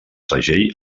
segell